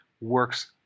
works